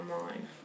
online